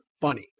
funny